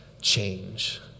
change